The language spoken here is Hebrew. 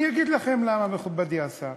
אני אגיד לכם למה, מכובדי השר.